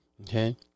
Okay